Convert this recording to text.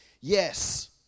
Yes